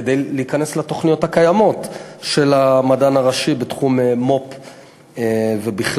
כדי להיכנס לתוכניות הקיימות של המדען הראשי בתחום מו"פ ובכלל.